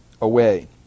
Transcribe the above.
away